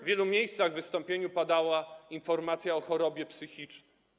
W wielu miejscach w wystąpieniu padała informacja o chorobie psychicznej.